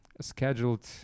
scheduled